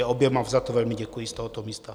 Oběma za to velmi děkuji z tohoto místa.